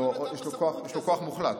יש לו כוח מוחלט.